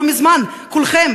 לא מזמן כולם,